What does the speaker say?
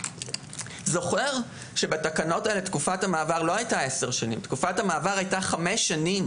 זוכר שבתקנות האלה תקופת המעבר הייתה חמש שנים